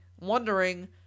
wondering